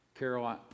Carol